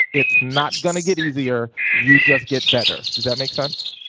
it's not gonna get easier, you just get better. does that make sense?